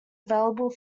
available